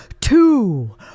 two